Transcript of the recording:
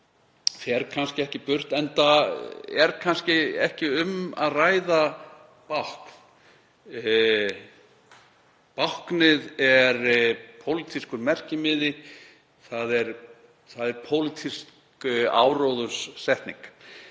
fer ekki burt, enda er kannski ekki um að ræða bákn. Báknið er pólitískur merkimiði. Það er pólitísk áróðurssetning.